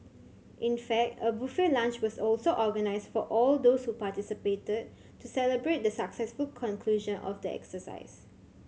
in fact a buffet lunch was also organised for all those who participated to celebrate the successful conclusion of the exercise